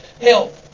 Help